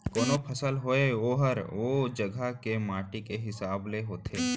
कोनों फसल होय ओहर ओ जघा के माटी के हिसाब ले होथे